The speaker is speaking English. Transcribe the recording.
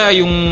yung